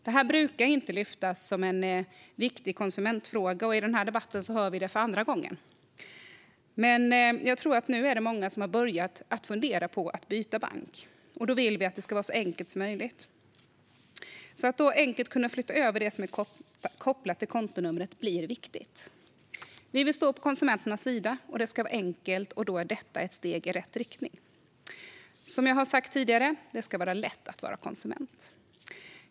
Detta brukar inte lyftas som en viktig konsumentfråga, och i denna debatt hör vi det för andra gången. Men jag tror att det nu är många som har börjat fundera på att byta bank, och då vill vi att det ska vara så enkelt som möjligt. Det blir då viktigt att man enkelt kan flytta över det som är kopplat till kontonumret. Vi vill stå på konsumenternas sida, och det ska vara enkelt. Då är detta ett steg i rätt riktning. Som jag har sagt tidigare: Det ska vara lätt att vara konsument.